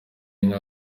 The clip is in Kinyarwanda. inka